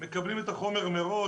מקבלים את החומר מראש,